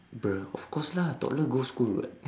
bruh of course lah toddler go school [what]